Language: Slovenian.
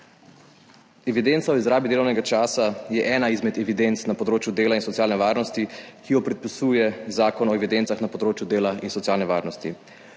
Evidenca o izrabi delovnega časa je ena izmed evidenc na področju dela in socialne varnosti, ki jo predpisuje Zakon o evidencah na področju dela in socialne varnosti.